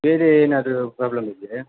ಬೇರೆ ಏನಾದರೂ ಪ್ರಾಬ್ಲಮ್ ಇದ್ದರೆ